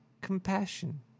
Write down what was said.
compassion